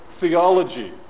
theology